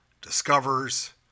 discovers